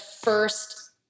first